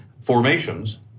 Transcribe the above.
formations